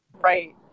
Right